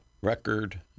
record